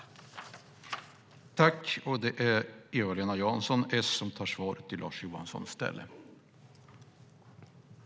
Då Lars Johansson, som framställt interpellationen, anmält att han var förhindrad att närvara vid sammanträdet medgav talmannen att Eva-Lena Jansson i stället fick delta i överläggningen.